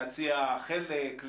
להציע חלק,